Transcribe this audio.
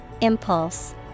Impulse